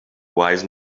wise